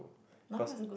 cause